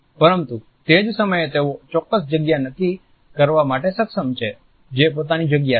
પરંતુ તે જ સમયે તેઓ ચોક્ક્સ જગ્યા નક્કી કરવા માટે સક્ષમ છે જે પોતાની જગ્યા છે